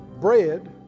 Bread